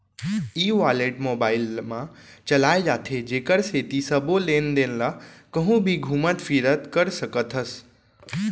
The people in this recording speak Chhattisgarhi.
ई वालेट ल मोबाइल म चलाए जाथे जेकर सेती सबो लेन देन ल कहूँ भी घुमत फिरत कर सकत हस